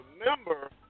remember